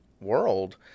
world